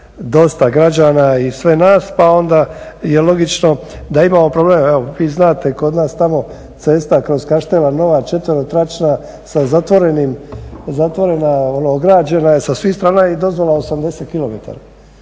dosta građana i sve nas, pa onda je logično da imamo probleme. Evo vi znate kod nas tamo cesta kroz Kaštela Nova četvero tračna sa zatvorenim, zatvorena je, ograđena je sa svih strana i dozvola 80 km.